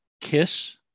KISS